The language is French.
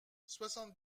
soixante